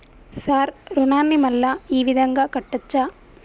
Sir రుణాన్ని మళ్ళా ఈ విధంగా కట్టచ్చా?